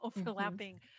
overlapping